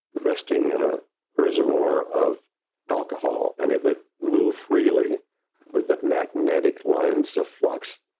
resting in a reservoir of alcohol and it would move freely with the magnetic lines of flux,